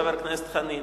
חבר הכנסת חנין,